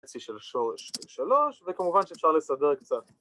‫אצלי של שורש שלוש, ‫וכמובן שאפשר לסדר קצת.